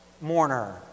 mourner